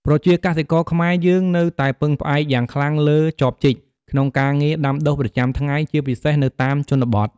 ប្រជាកសិករខ្មែរយើងនៅតែពឹងផ្អែកយ៉ាងខ្លាំងលើចបជីក ក្នុងការងារ ដាំដុះ ប្រចាំថ្ងៃ ជាពិសេសនៅតាមជនបទ។